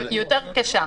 היא יותר קשה.